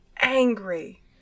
angry